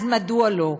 אז מדוע לא?